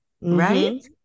right